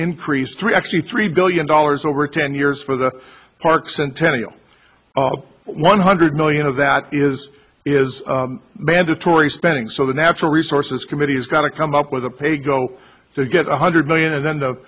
increase three actually three billion dollars over ten years for the park centennial one hundred million of that is is mandatory spending so the natural resources committee has got to come up with a pay go to get one hundred million and then the